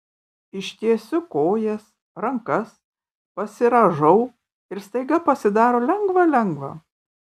ištiesiu kojas rankas pasirąžau ir staiga pasidaro lengva lengva